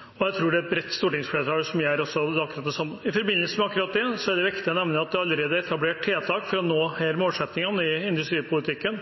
industrien. Jeg tror det er et bredt stortingsflertall som gjør akkurat det samme. I forbindelse med det er det viktig å nevne at det allerede er etablert tiltak for å nå disse målsettingene i industripolitikken.